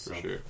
sure